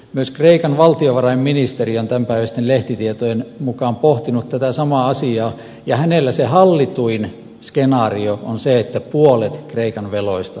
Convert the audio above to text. myös kreikan valtiovarainministeri on tämänpäiväisten lehtitietojen mukaan pohtinut tätä samaa asiaa ja hänellä se hallituin skenaario on se että puolet kreikan veloista saataisiin anteeksi